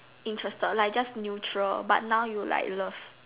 interested like but neutral but now you like love